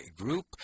Group